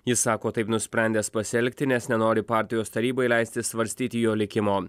jis sako taip nusprendęs pasielgti nes nenori partijos tarybai leisti svarstyti jo likimo